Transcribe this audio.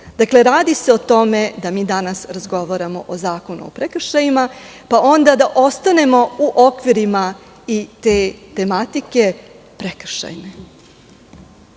Dakle, radi se o tome da mi danas razgovaramo o Zakonu o prekršajima pa onda da ostanemo u okvirima te tematike, prekršajne.